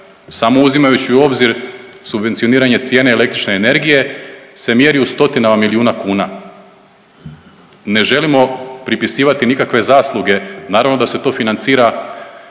samo uzimajući u obzir subvencioniranje cijene električne energije se mjeri u stotinama milijuna kuna. Ne želimo pripisivati nikakve zasluge. Naravno da se to financira